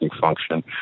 function